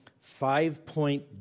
five-point